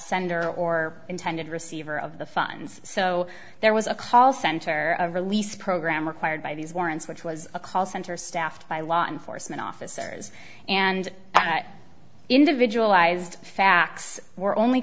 sender or intended receiver of the funds so there was a call center of release program required by these warrants which was a call center staffed by law enforcement officers and that individual ised facts were only